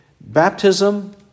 baptism